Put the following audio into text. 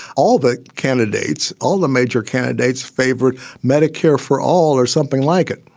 all the candidates, all the major candidates, favorite medicare for all or something like it.